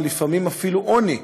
ולפעמים הם אפילו גוזרים על עצמם עוני,